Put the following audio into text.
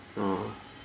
err